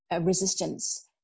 resistance